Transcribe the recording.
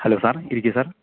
hello sir ഇരിക്കു sir